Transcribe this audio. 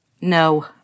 No